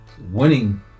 winning